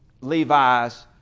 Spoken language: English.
Levi's